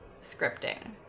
scripting